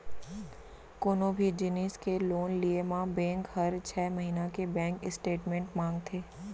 कोनों भी जिनिस के लोन लिये म बेंक हर छै महिना के बेंक स्टेटमेंट मांगथे